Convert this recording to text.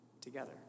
together